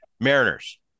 mariners